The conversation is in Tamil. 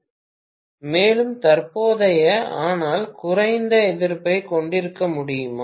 மாணவர் மேலும் தற்போதையது 0449 ஆனால் குறைந்த எதிர்ப்பைக் கொண்டிருக்க முடியுமா